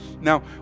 Now